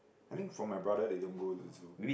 I think for my brother they don't go to zoo